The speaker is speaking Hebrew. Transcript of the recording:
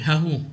ההוא.